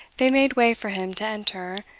they made way for him to enter,